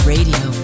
Radio